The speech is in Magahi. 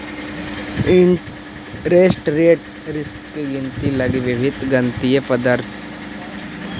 इंटरेस्ट रेट रिस्क के गिनती लगी विभिन्न गणितीय पद्धति अपनावल जा हई